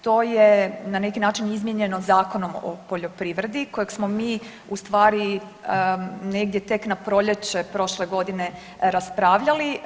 To je ne neki način izmijenjeno Zakonom o poljoprivredi kojeg smo mi u stvari negdje tek na proljeće prošle godine raspravljali.